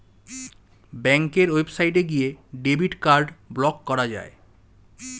ব্যাঙ্কের ওয়েবসাইটে গিয়ে ডেবিট কার্ড ব্লক করা যায়